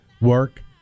work